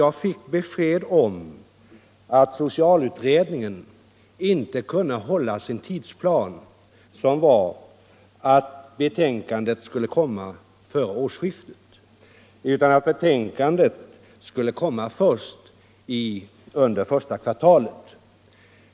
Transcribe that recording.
Jag fick besked om att socialutredningen inte kunde hålla sin tidsplan, som innebar att betänkandet skulle komma före årsskiftet, utan att betänkandet inte skulle komma att framläggas förrän under första kvartalet.